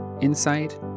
Insight